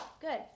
good